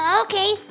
Okay